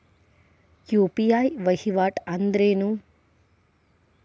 UPI ವಹಿವಾಟ್ ಅಂದ್ರೇನು?